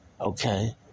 Okay